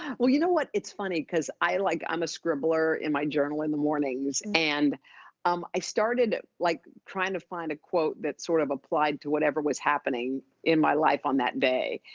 well, you know what? it's funny, cause like i'm a scribbler in my journal in the mornings. and um i started like trying to find a quote that sort of applied to whatever was happening in my life on that day.